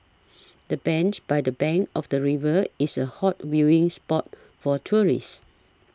the bench by the bank of the river is a hot viewing spot for tourists